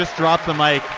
just drop the mike.